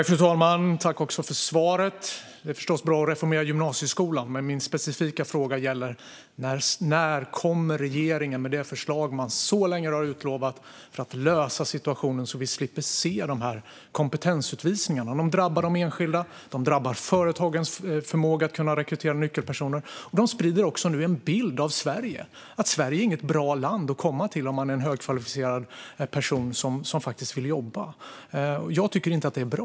Fru talman! Jag tackar för svaret. Det är förstås bra att reformera gymnasieskolan, men min specifika fråga gäller när regeringen kommer med det förslag man så länge har utlovat för att lösa situationen så att vi slipper se dessa kompetensutvisningar. De drabbar enskilda, de drabbar företagens förmåga att rekrytera nyckelpersoner och de sprider nu också en bild av att Sverige inte är ett bra land att komma till om man är en högkvalificerad person som faktiskt vill jobba. Jag tycker inte att det är bra.